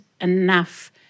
enough